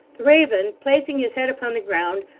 the raven, placing his head upon the ground,